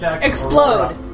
Explode